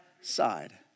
side